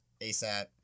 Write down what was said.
ASAP